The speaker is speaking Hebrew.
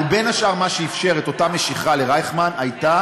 אבל בין השאר מה שאפשר את אותה משיכה לרייכמן הייתה